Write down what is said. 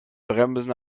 bremsen